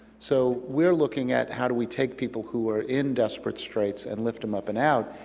so we're looking at how do we take people who are in desperate straits and lift them up and out,